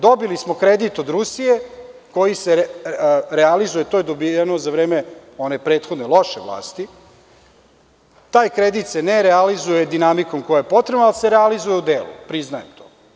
Dobili smo kredit od Rusije, koji se realizuje, a to je dobijeno za vreme one prethodne loše vlasti, i taj kredit se ne realizuje dinamikom kojom je potrebno da se realizuje u delu i priznajem to.